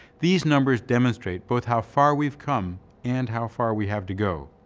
these numbers demonstrate both how far we've come and how far we have to go.